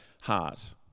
heart